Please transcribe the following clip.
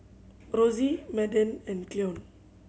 Rosy Madden and Cleon